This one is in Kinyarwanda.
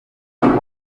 inkoko